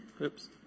Oops